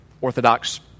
orthodox